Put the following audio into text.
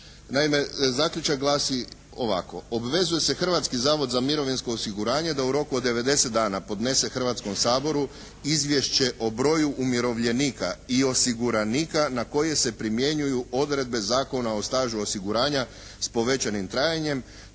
Naime zaključak glasi ovako: obvezuje se Hrvatski zavod za mirovinsko osiguranje da u roku od 90 dana podnese Hrvatskom saboru izvješće o broju umirovljenika i osiguranika na koje se primjenjuju odredbe Zakona o stažu osiguranja s povećanim trajanjem